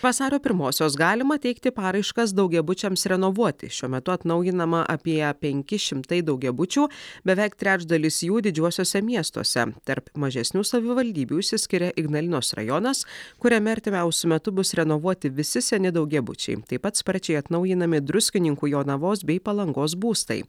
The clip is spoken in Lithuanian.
vasario pirmosios galima teikti paraiškas daugiabučiams renovuoti šiuo metu atnaujinama apie penki šimtai daugiabučių beveik trečdalis jų didžiuosiuose miestuose tarp mažesnių savivaldybių išsiskiria ignalinos rajonas kuriame artimiausiu metu bus renovuoti visi seni daugiabučiai taip pat sparčiai atnaujinami druskininkų jonavos bei palangos būstai